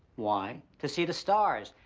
why? to see the stars.